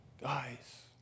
guys